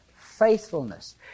faithfulness